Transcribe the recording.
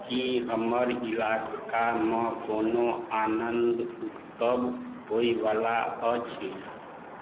की हमर इलाकामे कोनो आनंदउत्सव होइ बला अछि